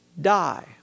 die